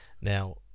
now